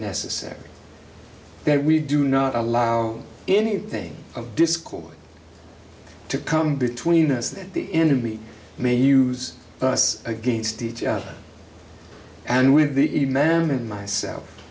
necessary that we do not allow anything of discord to come between us and the enemy may use us against each other and with the m